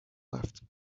left